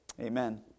Amen